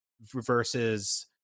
versus